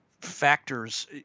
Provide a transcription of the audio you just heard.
factors